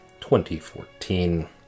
2014